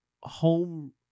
home